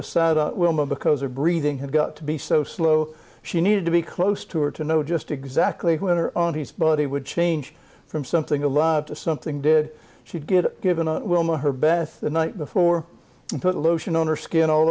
beside wilma because her breathing had got to be so slow she needed to be close to her to know just exactly winter on his body would change from something alive to something did she get given a wilma her bath the night before and put lotion on her skin all